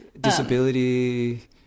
disability